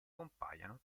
compaiono